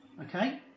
Okay